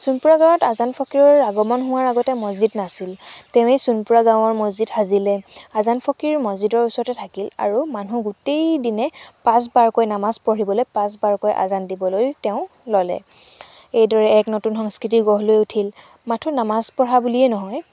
সোণপোৰা গাঁৱত আজান ফকীৰৰ আগমন হোৱাৰ আগতে মছজিদ নাছিল তেৱেঁই সোণপোৰা গাঁৱৰ মছজিদ সাজিলে আজান ফকীৰ মছজিদৰ ওচৰতে থাকিল আৰু মানুহ গোটেই দিনে পাঁচবাৰকৈ নামাজ পঢ়িবলৈ পাঁচবাৰকৈ আজান দিবলৈ তেওঁ ল'লে এইদৰে এক নতুন সংস্কৃতি গঢ় লৈ উঠিল মাথোঁ নামাজ পঢ়া বুলিয়েই নহয়